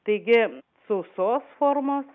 taigi sausos formos